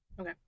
Okay